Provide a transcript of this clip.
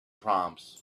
proms